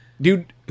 Dude